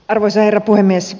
arvoisa herra puhemies